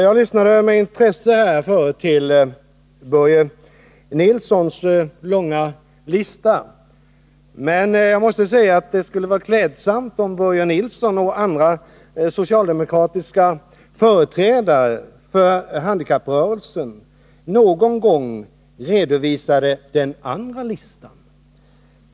Jaglyssnade med intresse till Börje Nilssons långa lista, men jag skulle vilja säga att det vore klädsamt om Börje Nilsson och andra socialdemokratiska företrädare för handikapprörelsen någon gång också redovisade den andra listan.